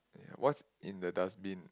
ya what's in the dustbin